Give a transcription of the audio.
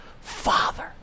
Father